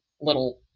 little